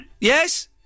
Yes